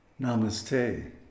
Namaste